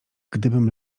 gdybym